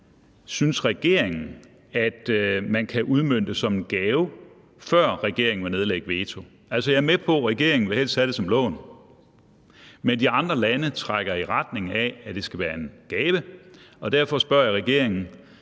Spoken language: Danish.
synes regeringen man kan udmønte som en gave, før regeringen vil nedlægge veto? Altså, jeg er med på, at regeringen helst vil have det som lån, men de andre lande trækker i retning af, at det skal være en gave. Derfor spørger jeg regeringen: